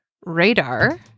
radar